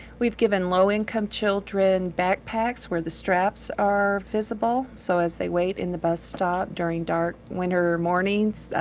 we've given low-income children backpacks where the straps are visible, so as they wait in the bus stop during dark winter mornings,